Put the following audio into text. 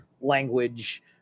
language